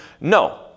No